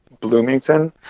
bloomington